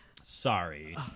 Sorry